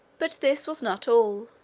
but this was not all